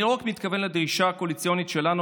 אני לא רק מתכוון לדרישה הקואליציונית שלנו